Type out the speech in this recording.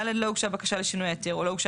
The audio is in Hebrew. (ד) לא הוגשה בקשה לשינוי ההיתר או לא הוגשה